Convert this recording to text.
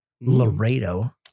Laredo